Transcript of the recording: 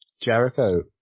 Jericho